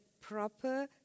proper